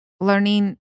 learning